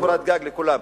קורת גג לכולם.